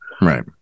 Right